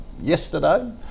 yesterday